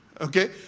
Okay